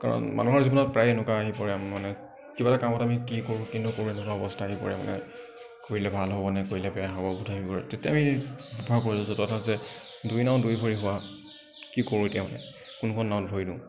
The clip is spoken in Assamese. কাৰণ মানুহৰ জীৱনত প্ৰায় এনেকুৱা আহি পৰে মানে কিবা এটা কামত আমি কি কৰোঁ কি নকৰোঁ তেনেকুৱা অৱস্থা আহি পৰে মানে কৰিলে ভাল হ'ব নে কৰিলে বেয়া হ'ব বোধ আহি পৰে তেতিয়া আমি ব্যৱহাৰ কৰোঁ যে তথা যে দুই নাৱত দুই ভৰি হোৱা কি কৰোঁ এতিয়া মানে কোনোখন নাৱত ভৰি দিওঁ